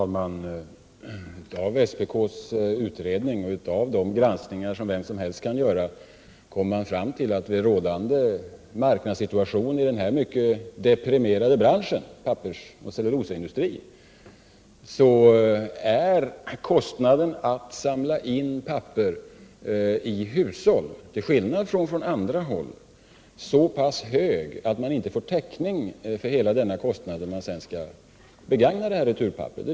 Enligt SPK:s utredning — och sådana utredningar som vem som helst kan göra — kommer man fram till att i den rådande marknadssituationen i den här mycket deprimerade branschen, pappersoch cellulosaindustrin, är kostnaden för att samla in avfallspapper i hushåll — till skillnad från vad som gäller när avfallspapper insamlas från andra håll — så pass hög att man inte kan få täckning för hela denna kostnad när man sedan skall avyttra returpapperet.